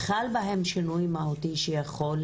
חל בהן שינוי מהותי שיכול